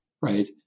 right